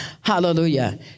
Hallelujah